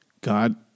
God